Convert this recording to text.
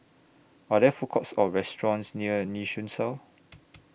Are There Food Courts Or restaurants near Nee Soon South